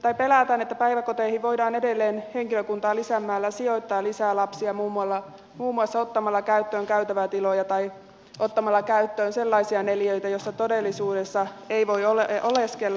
pelätään että päiväkoteihin voidaan edelleen henkilökuntaa lisäämällä sijoittaa lisää lapsia muun muassa ottamalla käyttöön käytävätiloja tai ottamalla käyttöön sellaisia neliöitä joissa todellisuudessa ei voi oleskella